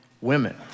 women